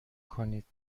کنید